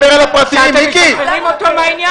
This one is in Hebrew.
שאתם משחררים אותו מהעניין?